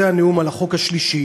זה הנאום על החוק השלישי.